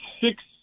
six